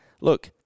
look